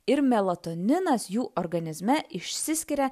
ir melatoninas jų organizme išsiskiria